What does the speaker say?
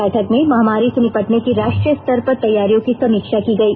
बैठक में महामारी से निपटने की राष्ट्रीय स्तर पर तैयारियों की समीक्षा की गई